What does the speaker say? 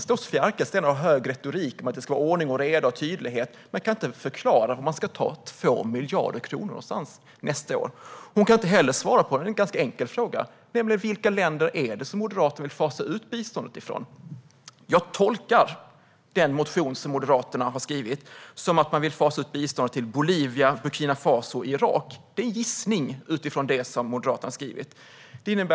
Sofia Arkelsten står här med hög retorik om att det ska vara ordning och reda och tydlighet, men hon kan inte förklara varifrån man ska ta 2 miljarder kronor nästa år. Hon kan inte heller svara på den ganska enkla frågan vilka länder det är som Moderaterna vill fasa ut biståndet till. Jag tolkar den motion som Moderaterna har skrivit som att man vill fasa ut biståndet till Bolivia, Burkina Faso och Irak. Detta är en gissning, utifrån vad Moderaterna har skrivit.